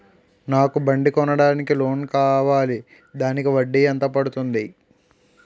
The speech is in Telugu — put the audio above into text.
నాకు బండి కొనడానికి లోన్ కావాలిదానికి వడ్డీ ఎంత పడుతుంది?